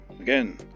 Again